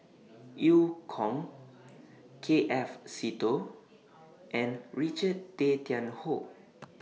EU Kong K F Seetoh and Richard Tay Tian Hoe